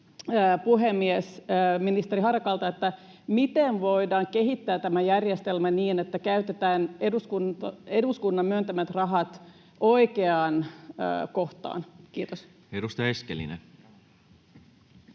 puhemies, ministeri Harakalta: miten voidaan kehittää tätä järjestelmää niin, että käytetään eduskunnan myöntämät rahat oikeaan kohtaan? — Kiitos. Edustaja Eskelinen.